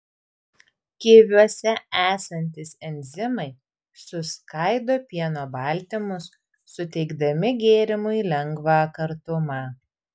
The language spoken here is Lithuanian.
kiviuose esantys enzimai suskaido pieno baltymus suteikdami gėrimui lengvą kartumą